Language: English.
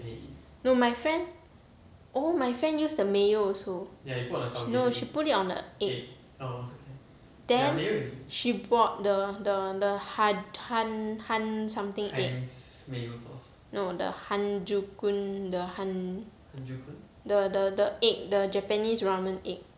no my friend oh my friend use the mayo also she know she put it on the egg then she bought the the the han~ han~ han~ something egg no the hanjuku the hanjuku the the the egg the japanese ramen egg